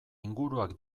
inguruak